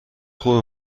خوبه